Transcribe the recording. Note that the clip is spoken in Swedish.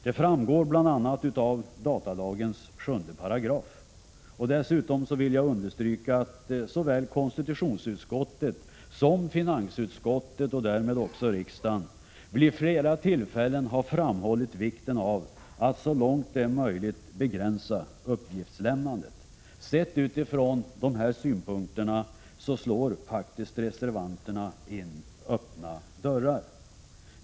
Det framgår bl.a. av datalagens 7 §. Dessutom vill jag understryka att såväl konstitutionsutskottet som finansutskottet vid flera tillfällen gjort av riksdagen godkända uttalanden där man framhållit vikten av att så långt det är möjligt begränsa uppgiftslämnandet. Sett från dessa utgångspunkter slår reservanterna faktiskt in öppna dörrar.